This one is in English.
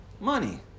Money